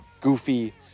goofy